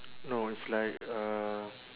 no it's like uh